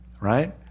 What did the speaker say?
right